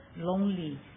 lonely